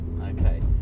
Okay